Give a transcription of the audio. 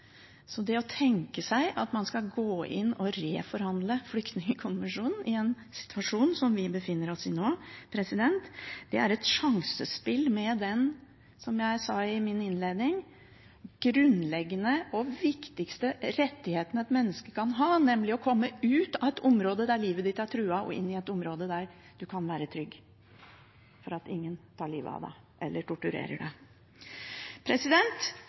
Det å tenke seg at man skal gå inn og reforhandle flyktningkonvensjonen i en situasjon som vi befinner oss i nå, er et sjansespill med den – som jeg sa i min innledning – grunnleggende og viktigste rettigheten et menneske kan ha, nemlig å komme ut av et område der livet er truet, og inn i et område der man kan være trygg for at ingen tar livet av en eller torturerer